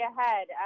ahead